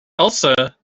elsa